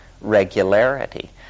regularity